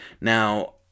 Now